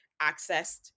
accessed